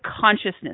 consciousness